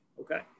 Okay